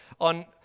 on